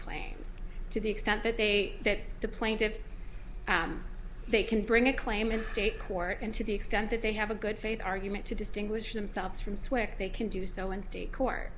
claims to the extent that they that the plaintiffs they can bring a claim in state court and to the extent that they have a good faith argument to distinguish themselves from swear they can do so in state court